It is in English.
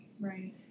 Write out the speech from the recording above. Right